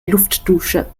luftdusche